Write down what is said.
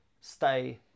stay